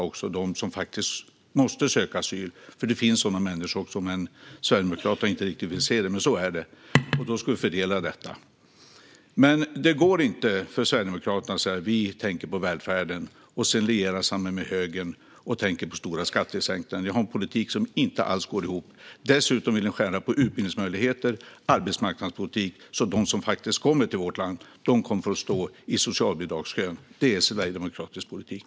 De finns nämligen människor som måste söka asyl, även om Sverigedemokraterna inte riktigt vill se det. Det går inte för Sverigedemokraterna att säga att man tänker på välfärden och sedan liera sig med högern och tänka på stora skattesänkningar. Ni har en politik som inte alls går ihop. Dessutom vill ni skära ned på utbildningsmöjligheter och arbetsmarknadspolitik så att de som faktiskt kommer till vårt land får stå i socialbidragskön. Det är sverigedemokratisk politik.